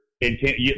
intent